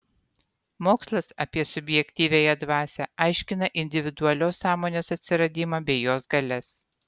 mokslas apie subjektyviąją dvasią aiškina individualios sąmonės atsiradimą bei jos galias